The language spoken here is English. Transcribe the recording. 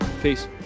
Peace